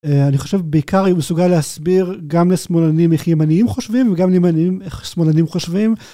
אני חושב בעיקר הוא מסוגל להסביר גם לשמאלנים איך ימניים חושבים וגם לימנים איך שמאלנים חושבים.